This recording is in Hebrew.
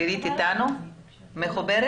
בוקר טוב לכולם,